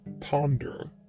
ponder